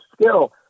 skill